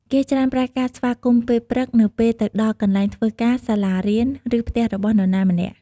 គេច្រើនប្រើការស្វាគមន៍ពេលព្រឹក នៅពេលទៅដល់កន្លែងធ្វើការ សាលារៀន ឬផ្ទះរបស់នរណាម្នាក់។